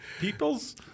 peoples